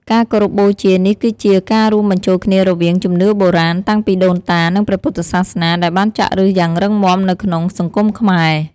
ការគោរពបូជានេះគឺជា ការរួមបញ្ចូលគ្នារវាង ជំនឿបុរាណ តាំងពីដូនតា និង ព្រះពុទ្ធសាសនា ដែលបានចាក់ឫសយ៉ាងរឹងមាំនៅក្នុង សង្គមខ្មែរ។